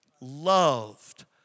Loved